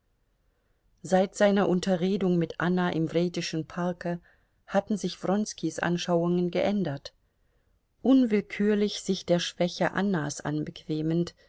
seit seiner unterredung mit anna im wredeschen parke hatten sich wronskis anschauungen geändert unwillkürlich sich der schwäche annas anbequemend